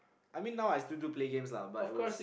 I mean now I still do play games lah but it was